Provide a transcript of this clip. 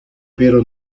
pero